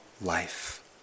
life